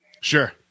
Sure